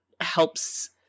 helps